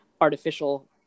artificial